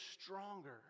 stronger